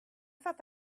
thought